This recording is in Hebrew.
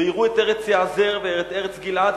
ויראו את ארץ יעזר ואת ארץ גלעד,